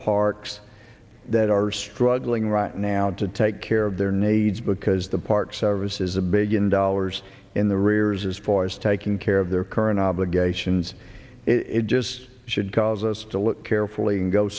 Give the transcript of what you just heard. parks that are struggling right now to take care of their needs because the park service is a big in dollars in the arrears as far as taking care of their current obligations it just should cause us to look carefully and go